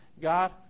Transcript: God